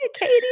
Katie